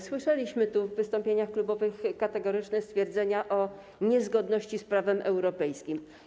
Słyszeliśmy w wystąpieniach klubowych kategoryczne stwierdzenia o niezgodności z prawem europejskim.